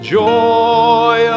joy